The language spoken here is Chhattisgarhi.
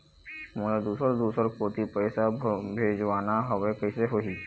मोला दुसर दूसर कोती पैसा भेजवाना हवे, कइसे होही?